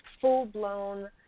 full-blown